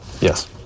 yes